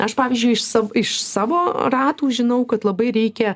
aš pavyzdžiui iš sav iš savo ratų žinau kad labai reikia